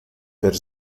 per